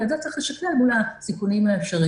ואת זה צריך לשכלל מול הסיכונים האפשריים.